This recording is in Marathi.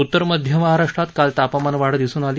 उत्तर मध्य महाराष्ट्रात काल तापमानात वाढ दिसून आली